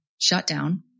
shutdown